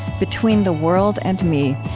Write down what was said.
between the world and me,